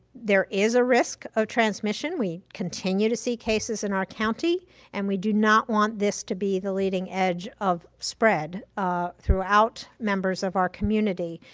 there is a risk of transmission. we continue to see cases in our county and we do not want this to be the leading edge of spread ah throughout members of our community.